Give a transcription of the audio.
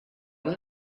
done